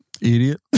Idiot